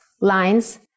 lines